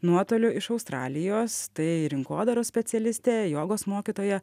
nuotoliu iš australijos tai rinkodaros specialistė jogos mokytoja